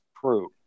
true